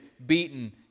beaten